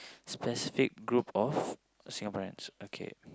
specific group of Singaporeans okay